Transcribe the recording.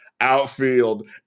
outfield